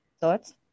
thoughts